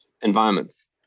environments